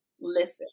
listen